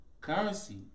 Currency